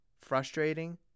frustrating